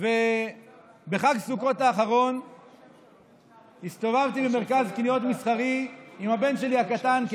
בחג סוכות האחרון הסתובבתי במרכז קניות מסחרי עם הבן הקטן שלי,